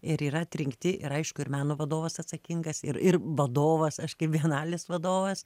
ir yra atrinkti ir aišku ir meno vadovas atsakingas ir ir vadovas aš kaip bienalės vadovas